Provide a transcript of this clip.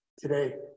today